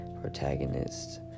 protagonist